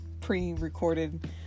pre-recorded